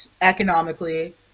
economically